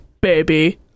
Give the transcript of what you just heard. baby